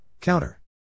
Counter